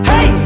Hey